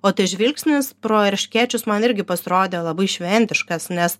o tas žvilgsnis pro erškėčius man irgi pasirodė labai šventiškas nes